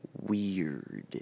Weird